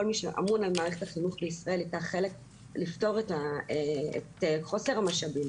כל מי שאמון על מערכת החינוך בישראל ייקח חלק לפתור את חוסר המשאבים.